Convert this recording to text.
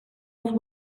els